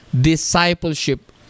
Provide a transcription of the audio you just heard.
discipleship